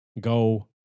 go